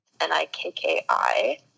N-I-K-K-I